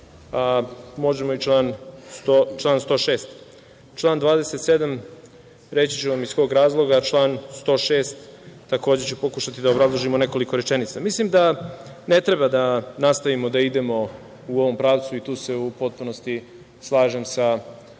možemo i član 106. Član 27. reći ću vam iz kog razloga. Član 106, takođe ću pokušati da obrazložim u nekoliko rečenica. Mislim da ne treba da nastavimo da idemo u ovom pravcu, i tu se u potpunosti slažem sa